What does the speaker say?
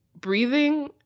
breathing